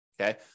okay